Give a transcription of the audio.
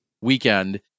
weekend